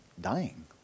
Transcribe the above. dying